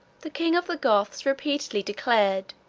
the king of the goths repeatedly declared,